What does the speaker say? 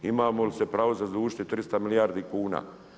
Imamo li se pravo zadužiti 300 milijardi kuna?